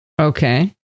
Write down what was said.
Okay